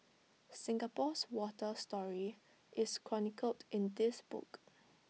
Singapore's water story is chronicled in this book